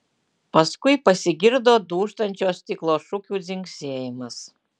paskui pasigirdo dūžtančio stiklo šukių dzingsėjimas